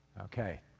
Okay